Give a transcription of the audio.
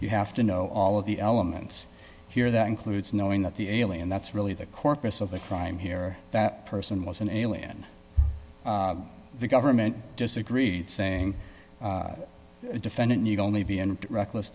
you have to know all of the elements here that includes knowing that the alien that's really the corpus of the crime here that person was an alien the government disagreed saying a defendant need only be and reckless